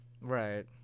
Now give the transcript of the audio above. Right